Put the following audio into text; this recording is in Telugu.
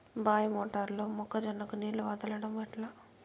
బాయి మోటారు లో మొక్క జొన్నకు నీళ్లు వదలడం ఎట్లా?